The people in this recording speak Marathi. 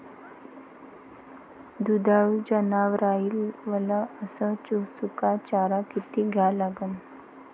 दुधाळू जनावराइले वला अस सुका चारा किती द्या लागन?